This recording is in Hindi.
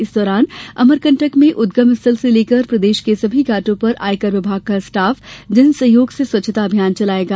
इस दौरान अमरकंटक में उदगम स्थल से लेकर प्रदेश के सभी घाटों पर आयकर विभाग का स्टाफ जनसहयोग से स्व्छता अभियान चलायेगा